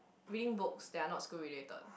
reading books that are not school related